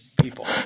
people